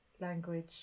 language